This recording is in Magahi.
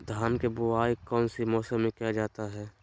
धान के बोआई कौन सी मौसम में किया जाता है?